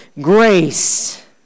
grace